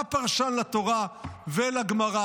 הפרשן לתורה ולגמרא,